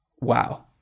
wow